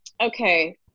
Okay